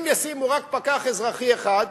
אם ישימו רק פקח אזרחי אחד,